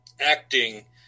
acting